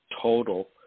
total